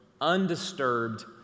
undisturbed